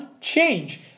change